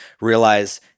realize